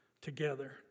together